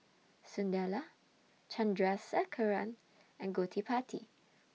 Sunderlal Chandrasekaran and Gottipati